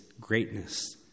greatness